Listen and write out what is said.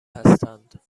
هستند